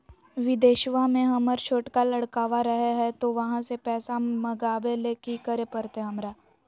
बिदेशवा में हमर छोटका लडकवा रहे हय तो वहाँ से पैसा मगाबे ले कि करे परते हमरा?